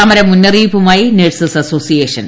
സമര മുന്നറിയിപ്പുമായി nurses association